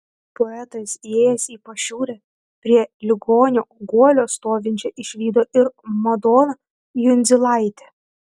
poetas įėjęs į pašiūrę prie ligonio guolio stovinčią išvydo ir madoną jundzilaitę